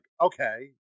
okay